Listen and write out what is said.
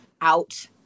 out